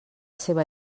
seva